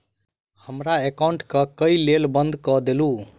हमरा एकाउंट केँ केल बंद कऽ देलु?